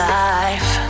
life